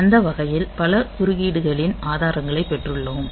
அந்த வகையில் பல குறுக்கீடுகளின் ஆதாரங்களை பெற்றுள்ளோம்